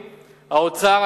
האוצר,